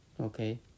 Okay